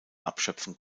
abschöpfen